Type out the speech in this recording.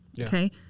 Okay